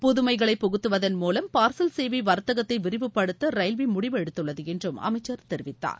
புதுமைகளை புகுத்துவதன் மூவம் பார்சல் சேவை வர்த்தகத்தை விரிவுபடுத்த ரயில்வே முடிவு எடுத்துள்ளது என்றும் அமைச்சர் தெரிவித்தார்